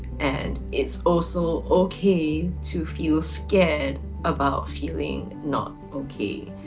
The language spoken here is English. and it's also okay to feel scared about feeling not okay.